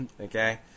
Okay